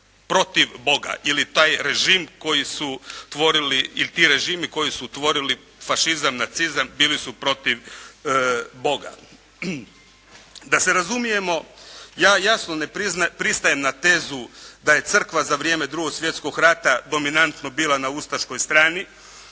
protiv Boga. Ili taj režim koji su tvorili i ti režimi koji su tvorili fašizam, nacizam bili su protiv Boga. Da se razumijemo ja jasno ne pristajem na tezu da je crkva za vrijeme Drugog svjetskog rata dominantno bila na ustaškoj strani.